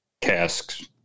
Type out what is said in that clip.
casks